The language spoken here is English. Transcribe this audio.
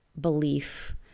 belief